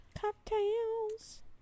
Cocktails